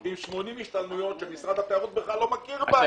עם 80 השתלמויות שמשרד התיירות בכלל לא מכיר בהן?